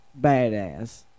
badass